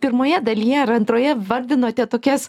pirmoje dalyje ar antroje vardinote tokias